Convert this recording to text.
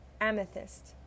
Amethyst